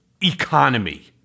economy